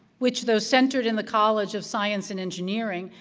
which, though centered in the college of science and engineering,